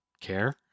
care